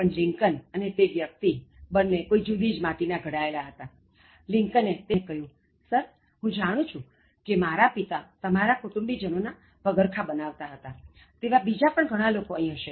પણ લિંકન અને તે વ્યક્તિ બન્ને કાંઇ જુદી જ માટી ના ઘડાયેલા હતા લિંકને તે વ્યક્તિ સામે જોયું અને કહ્યું સરહું જાણું છું કે મારા પિતા તમારા કુટુંબીજનોના પગરખાં બનાવતા હતા તેવા બીજા ઘણાં લોકો અહીં હશે